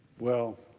well,